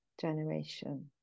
generation